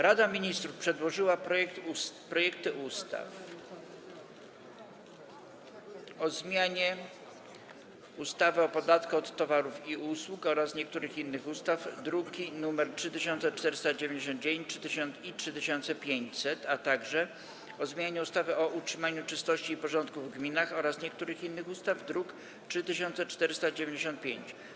Rada Ministrów przedłożyła projekty ustaw: - o zmianie ustawy o podatku od towarów i usług oraz niektórych innych ustaw, druki nr 3499 i 3500, - o zmianie ustawy o utrzymaniu czystości i porządku w gminach oraz niektórych innych ustaw, druk nr 3495.